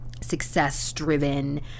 success-driven